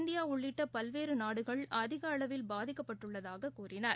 இந்தியாஉள்ளிட்டபல்வேறுநாடுகள் அதிகஅளவில் பாதிக்கப்பட்டுள்ளதாகக் கூறினார்